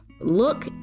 look